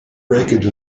breakage